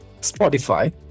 Spotify